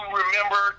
remember